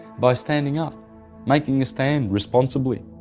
by standing up making a stand, responsibly.